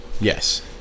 Yes